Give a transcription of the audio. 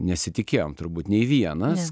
nesitikėjom turbūt nei vienas